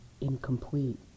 incomplete